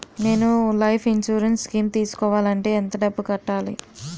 నేను life insurance scheme తీసుకోవాలంటే ఎంత డబ్బు కట్టాలి?